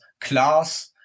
class